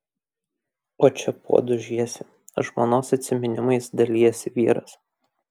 o čia puodus žiesi žmonos atsiminimais dalijasi vyras